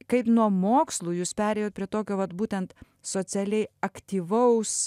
kaip nuo mokslų jūs perėjot prie tokio vat būtent socialiai aktyvaus